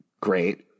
great